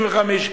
75%,